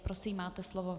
Prosím, máte slovo.